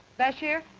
bashir?